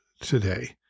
today